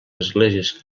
esglésies